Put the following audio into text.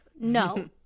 No